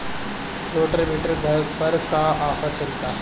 Rotavator पर का offer चलता?